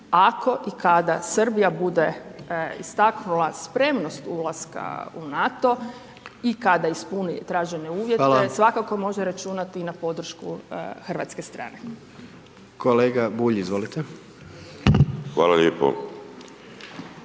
ako i kada Srbija bude istaknula spremnost ulaska u NATO i kada ispuni tražene uvjete, svakako može računati na podršku Hrvatske strane. **Jandroković, Gordan